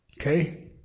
okay